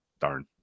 darn